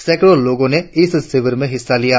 सैकड़ो लोगो ने इस शिविर में हिस्सा लिया